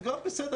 זה גם בסדר,